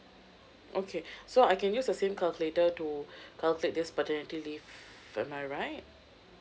okay so I can use the same calculator to calculate this paternity leave am I right